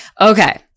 Okay